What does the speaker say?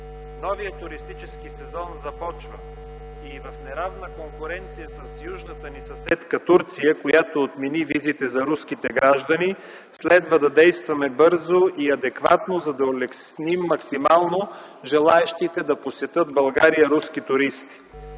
Новият туристически сезон започва и в неравна конкуренция с южната ни съседка Турция, която отмени визите за руските граждани, следва да действаме бързо и адекватно, за да улесним максимално желаещите да посетят България руски туристи.